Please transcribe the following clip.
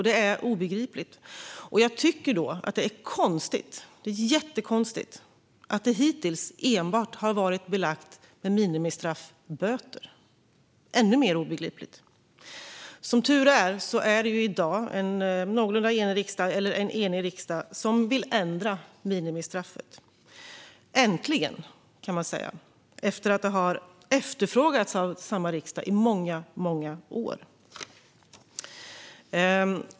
Det är obegripligt. Jag tycker att det är jättekonstigt att det hittills enbart varit belagt med minimistraffet böter. Det är än mer obegripligt. Som tur är vill i dag en enig riksdag ändra minimistraffet. Äntligen, kan man säga, efter att det efterfrågats av samma riksdag i många år.